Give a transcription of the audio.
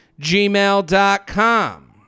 gmail.com